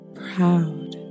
proud